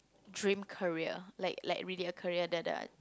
dream career like like really a career that uh